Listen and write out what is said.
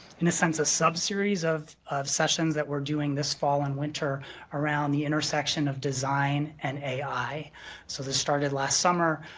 in a sense a sub-series of of sessions that we're doing this fall and winter around the intersection of design in and ai. so, this started last summer.